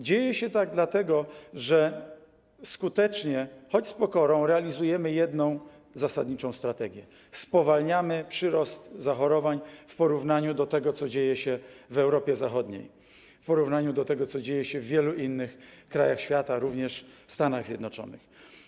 Dzieje się tak dlatego, że skutecznie, choć z pokorą, realizujemy jedną zasadniczą strategię: spowalniamy przyrost liczby zachorowań w porównaniu z tym, co dzieje się w Europie Zachodniej, w porównaniu z tym, co dzieje się w wielu innych krajach świata, również w Stanach Zjednoczonych.